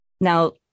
Now